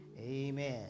Amen